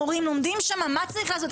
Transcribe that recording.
מורים לומדים שם מה צריך לעשות,